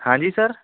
ਹਾਂਜੀ ਸਰ